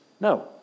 No